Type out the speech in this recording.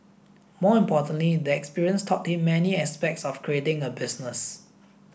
more importantly the experience taught him many aspects of creating a business